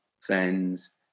friends